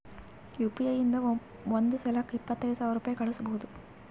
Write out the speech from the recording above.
you P I ಇಂದ ಒಂದ್ ಸಲಕ್ಕ ಇಪ್ಪತ್ತೈದು ಸಾವಿರ ರುಪಾಯಿ ಕಳುಸ್ಬೋದು